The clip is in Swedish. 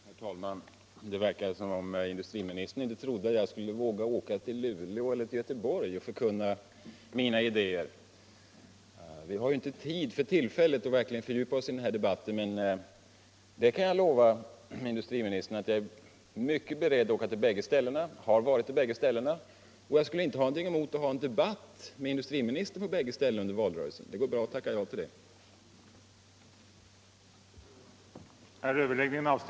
Herr talman! Det verkade som om industriministern trodde att jag inte skulle våga åka till Luleå eller Göteborg och förkunna mina idéer. Vi har ju för tillfället inte möjlighet att fördjupa oss i den här debatten, men jag kan lova industriministern att jag är beredd att åka till båda ställena. Jag har varit där, och jag skulle itrte ha något emot att under valrörelsen ha en debatt med industriministern på bägge ställena. Det går bra att tacka ja till det. lingsaktiebolaget, den det ej vill röstar nej.